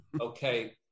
okay